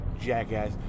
jackass